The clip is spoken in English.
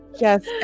Yes